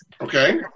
Okay